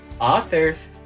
authors